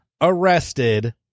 arrested